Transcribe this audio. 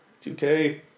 2K